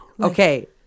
Okay